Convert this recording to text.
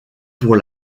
pour